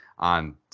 on